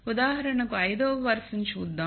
ఉదాహరణకు 5 వ వరుసను చూద్దాం